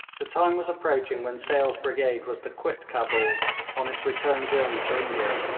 the time was approaching when sale's brigade was to quit cabul on its return journey to india.